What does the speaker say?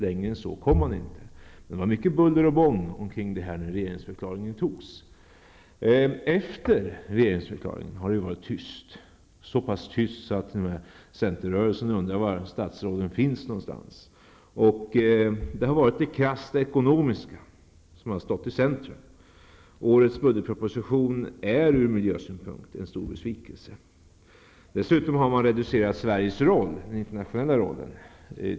Längre än så kom man inte. Det var mycket buller och bång om detta när regeringsförklaringen skulle avges. Sedan dess har det varit tys,. så pass tyst att centerrörelsen undrar var statsråden finns. Det har varit det krasst ekonomiska som stått i centrum. Årets budgetproposition är ur miljösynpunkt en stor besvikelse. Dessutom har man reducerat Sveriges internationella roll.